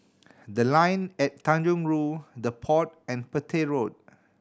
The Line at Tanjong Rhu The Pod and Petir Road